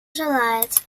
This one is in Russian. желает